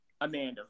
amanda